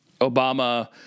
Obama